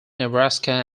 nebraska